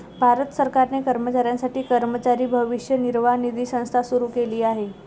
भारत सरकारने कर्मचाऱ्यांसाठी कर्मचारी भविष्य निर्वाह निधी संस्था सुरू केली आहे